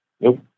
Nope